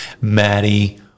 Maddie